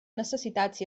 necessitats